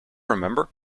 remember